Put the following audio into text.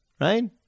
right